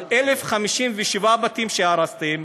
אבל 1,057 בתים שהרסתם